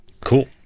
cool